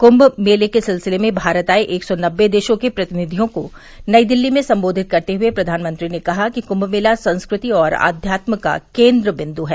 कृष्म मेले के सिलसिले में भारत आये एक सौ नबे देशों के प्रतिनिधियों को नई दिल्ली में सम्बोधित करते हए प्रधानमंत्री ने कहा कि कृम्म भेला संस्कृति और अध्यात्म का केन्द्र बिन्द् है